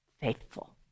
faithful